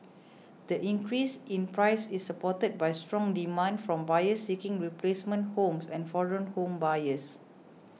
the increase in price is supported by strong demand from buyers seeking replacement homes and foreign home buyers